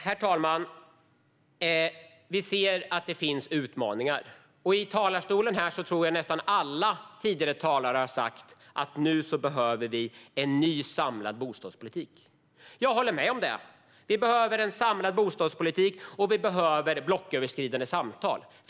Herr talman! Vi ser att det finns utmaningar. Jag tror att nästan alla tidigare talare i talarstolen har sagt att vi nu behöver en ny samlad bostadspolitik. Jag håller med om det. Vi behöver en samlad bostadspolitik, och vi behöver blocköverskridande samtal.